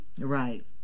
right